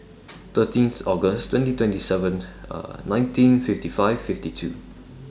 thirteenth August twenty twenty seven nineteen fifty five fifty two